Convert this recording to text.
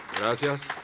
Gracias